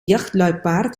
jachtluipaard